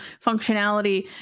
functionality